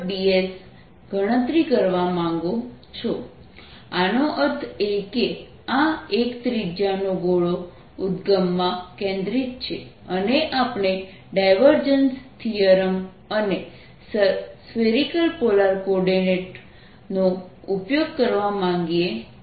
dS ગણતરી કરવા માંગો છો આનો અર્થ એ કે આ 1 ત્રિજ્યાનો ગોળો ઉદગમમાં કેન્દ્રિત છે અને આપણે ડાયવર્જન્સ થીયરમ અને સ્ફેરિકલ પોલાર કોઓર્ડિનેટ્સ નો ઉપયોગ કરવા માગીએ છીએ